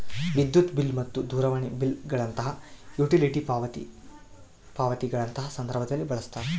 ವಿದ್ಯುತ್ ಬಿಲ್ ಮತ್ತು ದೂರವಾಣಿ ಬಿಲ್ ಗಳಂತಹ ಯುಟಿಲಿಟಿ ಪಾವತಿ ಪಾವತಿಗಳಂತಹ ಸಂದರ್ಭದಲ್ಲಿ ಬಳಸ್ತಾರ